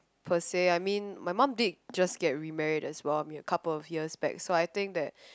per se I mean my mum did just get remarried as well I mean a couple of years back so I think that